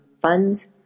funds